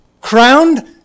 crowned